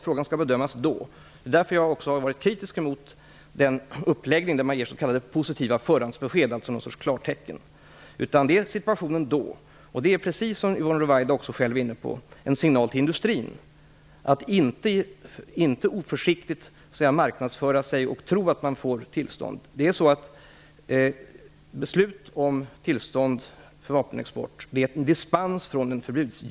Frågorna skall bedömas när de är aktuella. Jag har därför också varit kritisk till den uppläggning som innebär att man ger s.k. positiva förhandsbesked, alltså något slags klartecken. Det är den aktuella situationen som det gäller. Detta är, precis som Yvonne Ruwaida är inne på, en signal till industrin att inte oförsiktigt marknadsföra sig och tro att den skall få tillstånd. Beslut om tillstånd för vapenexport är en dispens från ett förbud.